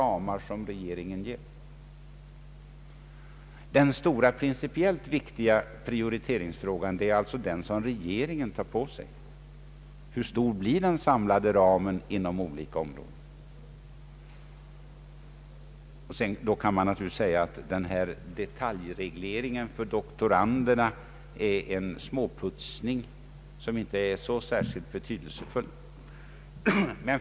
Men den stora, principiellt viktiga prioriteringen har regeringen ansvaret för. Man kan naturligtvis säga att detaljregleringen när det gäller doktorander är en småputsning som inte blir särskilt betydelsefull.